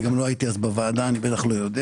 אני גם לא הייתי אז בוועדה ואני בטח לא יודע.